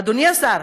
אדוני השר,